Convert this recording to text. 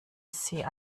sie